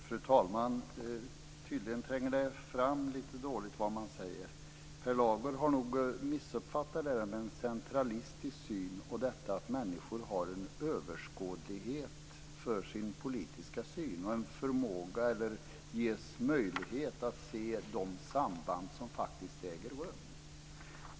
Fru talman! Tydligen tränger det man säger fram lite dåligt. Per Lager har nog missuppfattat detta med en centralistisk syn och detta att människor har en överskådlighet i sin politiska syn och ges möjlighet att se de samband som faktiskt finns.